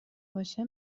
باشه